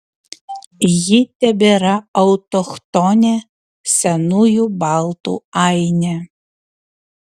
ji tebėra autochtonė senųjų baltų ainė